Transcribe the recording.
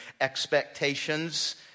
expectations